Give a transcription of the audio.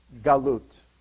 Galut